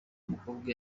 mukobwa